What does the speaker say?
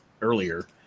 earlier